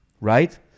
right